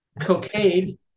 cocaine